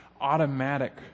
automatic